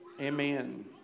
Amen